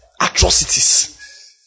atrocities